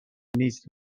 نیست